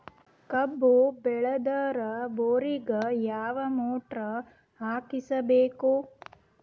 ಕಬ್ಬು ಬೇಳದರ್ ಬೋರಿಗ ಯಾವ ಮೋಟ್ರ ಹಾಕಿಸಬೇಕು?